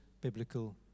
biblical